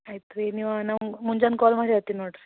ಆಯ್ತು ರೀ ನೀವು ನಮ್ಗೆ ಮುಂಜಾನೆ ಕಾಲ್ ಮಾಡಿ ಹೇಳ್ತಿನಿ ನೋಡಿರಿ